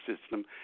system